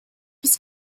was